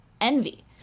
envy